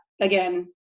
again